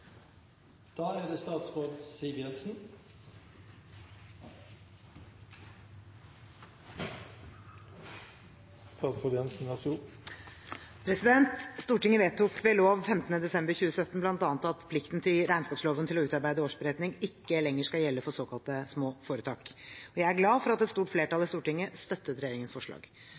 Da har representanten Per Espen Stoknes tatt opp det forslaget han refererte til. Stortinget vedtok ved lov 15. desember 2017 bl.a. at plikten i regnskapsloven til å utarbeide årsberetning ikke lenger skal gjelde for såkalte små foretak. Jeg er glad for at et stort flertall i Stortinget støttet regjeringens forslag.